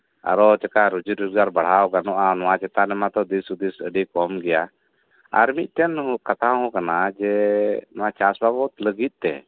ᱟᱨᱚ ᱪᱤᱠᱟᱹ ᱨᱩᱡᱤ ᱨᱳᱡᱜᱟᱨ ᱵᱟᱲᱦᱟᱣ ᱜᱟᱱᱚᱜᱼᱟ ᱱᱚᱶᱟ ᱪᱮᱛᱟᱱ ᱨᱮᱢᱟᱜ ᱛᱚ ᱫᱤᱥ ᱦᱩᱫᱤᱥ ᱟᱹᱰᱤ ᱠᱚᱢ ᱜᱮᱭᱟ ᱟᱨ ᱢᱤᱫᱴᱮᱱ ᱠᱟᱛᱷᱟ ᱦᱚᱸ ᱠᱟᱱᱟ ᱡᱮ ᱱᱚᱶᱟ ᱪᱟᱥ ᱟᱵᱟᱫ ᱞᱟᱹᱜᱤᱫ ᱛᱮ